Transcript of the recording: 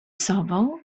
sobą